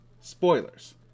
spoilers